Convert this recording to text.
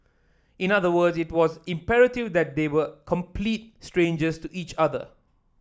in other words it was imperative that they were complete strangers to each other